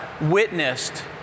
witnessed